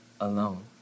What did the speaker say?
alone